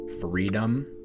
freedom